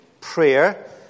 Prayer